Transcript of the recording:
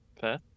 Fair